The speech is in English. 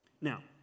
Now